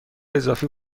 اضافی